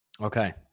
Okay